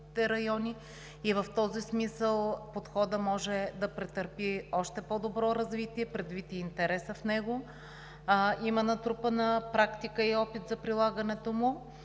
и в този смисъл Подходът може да претърпи още по-добро развитие предвид интереса в него. Има натрупана практика и опит за прилагането му